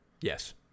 Yes